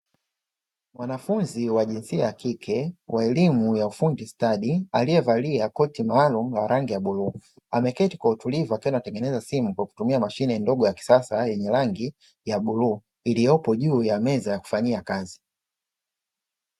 Mwanafunzi wa jinsia ya kike wa elimu ya ufundi stadi aliyevaalia koti maalumu la rangi ya bluu, ameketi kwa utulivu akiwa anatengeneza simu kwa kutumia mashine ndogo ya kisasa yenye rangi ya bluu iliyopo juu ya meza ya kufanyia kazi.